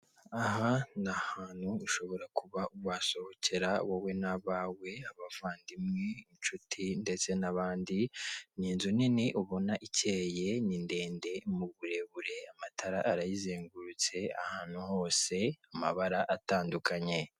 Aha nahantu ushobora kuba wasohokera wowe n'abawe abavandimwe incuti ndetse n'abandi n'inzu nini ubona ikeye, nindende muburebure amatara arayizengurutse ahantu hose mumabara atandukanye.